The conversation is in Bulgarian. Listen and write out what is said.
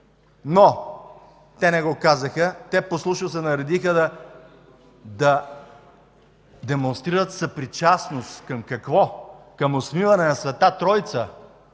Но те не го казаха. Те послушно се наредиха да демонстрират съпричастност – към какво? Към осмиване на Света Троица?